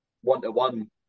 one-to-one